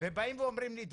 ובאים ואומרים לי "דורון,